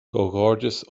comhghairdeas